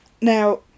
Now